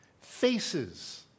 faces